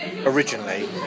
originally